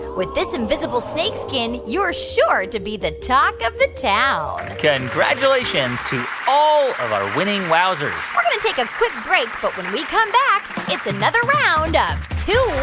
with this invisible snakeskin, you're sure to be the talk of the town congratulations to all of our winning wowzers we're going to take a quick break. but when we come back, it's another round of two